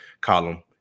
column